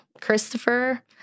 Christopher